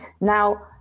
Now